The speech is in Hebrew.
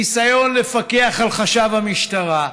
ניסיון לפקח על חשב המשטרה,